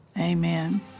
Amen